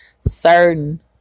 certain